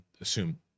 assume